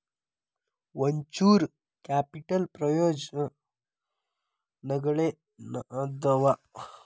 venture capital ಪ್ರಯೋಜನಗಳೇನಾದವ